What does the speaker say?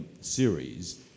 series